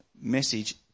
message